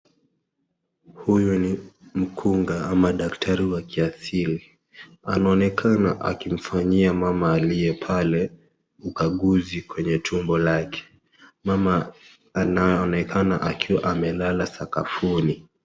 Huyu ni mkunga ama daktari wa kiasili, anaonekana akimfanyia mama aliye pale ukaguzi kwenye tumbo lake. Mama anaonekana akiwa amelala sakafuni.